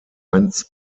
mainz